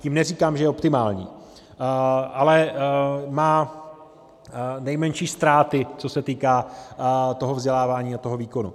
Tím neříkám, že je optimální, ale má nejmenší ztráty, co se týká toho vzdělávání a toho výkonu.